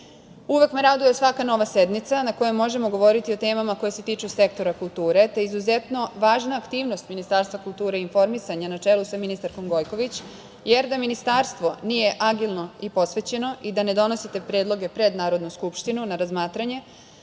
me raduje svaka nova sednica na kojoj možemo govoriti o temama koje se tiču sektora kulture, te je izuzetno važna aktivnost Ministarstva kulture i informisanja, na čelu sa ministarkom Gojković, jer da Ministarstvo nije agilno i posvećeno i da ne donosi te predloge pred Narodnu skupštinu na razmatranje,